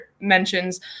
mentions